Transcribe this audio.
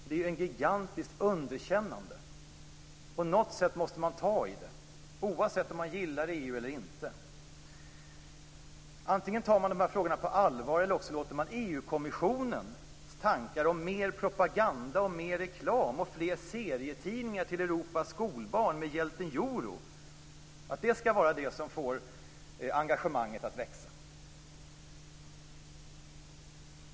Det är ett gigantiskt underkännande. På något sätt måste man ta i det, oavsett om man gillar EU eller inte. Antingen tar man de här frågorna på allvar, eller också låter man EU-kommissionens tankar om mer propaganda, mer reklam och fler serietidningar med hjälten Euro till Europas skolbarn vara det som får engagemanget att växa.